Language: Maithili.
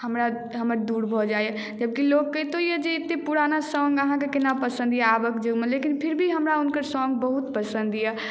हमरा हमर दूर भऽ जाइए जबकि लोक कहितो यए जे एतेक पुराना सॉङ्ग अहाँकेँ केना पसन्द यए आबक युगमे लेकिन फिर भी हमरा हुनकर सॉङ्ग बहुत पसन्द यए